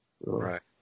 Right